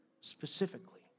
specifically